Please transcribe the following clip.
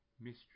mystery